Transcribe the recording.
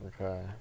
Okay